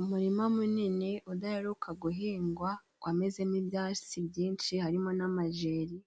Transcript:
Umurima munini udaheruka guhingwa wamezemo n'ibyatsi byinshi, harimo n'amajeri